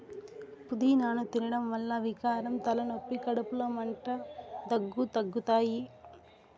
పూదినను తినడం వల్ల వికారం, తలనొప్పి, కడుపులో మంట, దగ్గు తగ్గుతాయి